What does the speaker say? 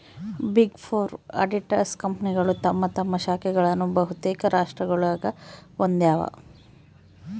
big four auditors ಕಂಪನಿಗಳು ತಮ್ಮ ತಮ್ಮ ಶಾಖೆಗಳನ್ನು ಬಹುತೇಕ ರಾಷ್ಟ್ರಗುಳಾಗ ಹೊಂದಿವ